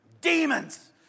Demons